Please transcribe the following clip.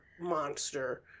monster